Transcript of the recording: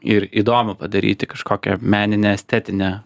ir įdomu padaryti kažkokią meninę estetinę